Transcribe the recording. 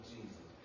Jesus